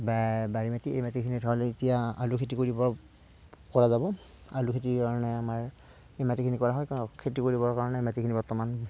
বাৰী মাটি এই মাটিখিনি এতিয়া আলু খেতি কৰিব কৰা যাব আলু খেতিৰ কাৰণে আমাৰ এই মাটিখিনি কৰা হয় খেতি কৰিবৰ কাৰণে মাটিখিনি বৰ্তমান